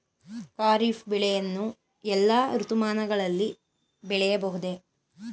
ಖಾರಿಫ್ ಬೆಳೆಯನ್ನು ಎಲ್ಲಾ ಋತುಮಾನಗಳಲ್ಲಿ ಬೆಳೆಯಬಹುದೇ?